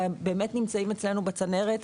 ובאמת נמצאים אצלנו בצנרת.